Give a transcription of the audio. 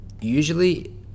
Usually